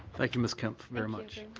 thank you, ms. kempf, very much.